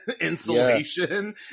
insulation